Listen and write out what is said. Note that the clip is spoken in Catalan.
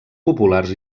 populars